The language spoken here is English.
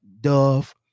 Dove